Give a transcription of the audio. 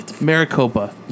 Maricopa